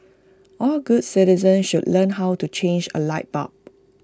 all good citizens should learn how to change A light bulb